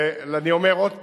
אני אומר עוד פעם,